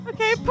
Okay